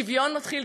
שוויון מתחיל,